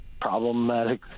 problematic